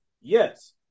Yes